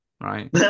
right